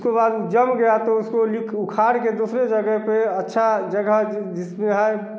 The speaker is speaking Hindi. उसको बाद जम गया तो उसको नी उखाड़ के दूसरे जगह पर अच्छा जगह जिसमें है